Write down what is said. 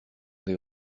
des